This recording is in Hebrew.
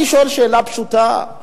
אני שואל שאלה פשוטה: